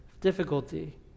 difficulty